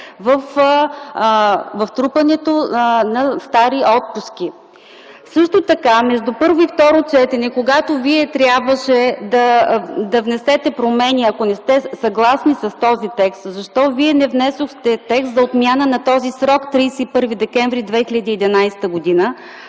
представител Мая Манолова.) Също така между първо и второ четене, когато вие трябваше да внесете промени, ако не сте съгласни с този текст: защо вие не внесохте текст за отмяна на този срок – 31 декември 2011 г.,